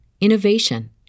innovation